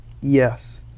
Yes